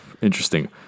interesting